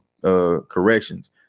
corrections